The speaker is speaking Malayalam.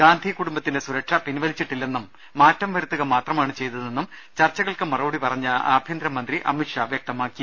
ഗാന്ധി കുടും ബത്തിന്റെ സുരക്ഷ പിൻവലിച്ചിട്ടില്ലെന്നും മാറ്റം വരുത്തുക മാത്ര മാണ് ചെയ്തതെന്നും ചർച്ചകൾക്ക് മറുപടി പറഞ്ഞ ആഭ്യന്തര മന്ത്രി അമിത് ഷാ വ്യക്തമാക്കി